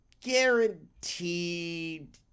guaranteed